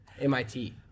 MIT